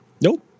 Nope